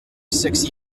six